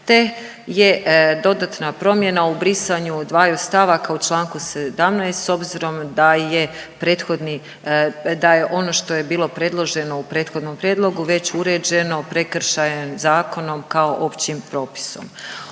te je dodatna promjena u brisanju dvaju stavaka u čl. 17 s obzirom da je prethodni, da je ono što je bilo predloženo u prethodnom prijedlogu već uređeno prekršajan zakonom kao općim propisom.